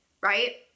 right